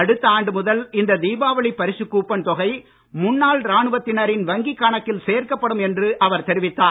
அடுத்த ஆண்டு முதல் இந்த தீபாவளிப் பரிசுக் கூப்பன் தொகை முன்னாள் ராணுவத்தினரின் வங்கிக் கணக்கில் சேர்க்கப்படும் என்று அவர் தெரிவித்தார்